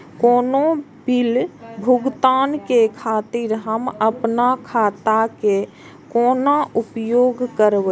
कोनो बील भुगतान के खातिर हम आपन खाता के कोना उपयोग करबै?